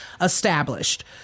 established